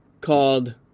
called